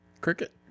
Cricket